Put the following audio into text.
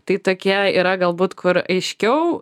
tai tokie yra galbūt kur aiškiau